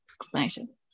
explanation